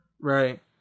Right